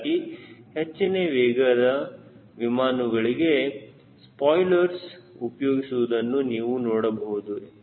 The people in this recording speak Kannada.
ಹೀಗಾಗಿ ಹೆಚ್ಚಿನ ವೇಗದ ವಿಮಾನಗಳಿಗೆ ಸ್ಪಾಯ್ಲರ್ಸ್ ಉಪಯೋಗಿಸುವುದನ್ನು ನೀವು ನೋಡಬಹುದು